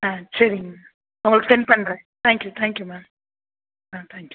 ஆ சரிங்க உங்களுக்கு செண்ட் பண்ணுறேன் thank you thank you ma'am ஆ தேங்க் யூ